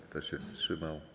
Kto się wstrzymał?